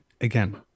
Again